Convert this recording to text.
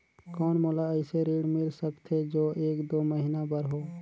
कौन मोला अइसे ऋण मिल सकथे जो एक दो महीना बर हो?